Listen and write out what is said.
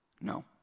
No